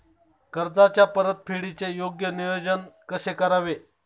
कर्जाच्या परतफेडीचे योग्य नियोजन कसे करावे?